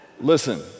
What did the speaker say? Listen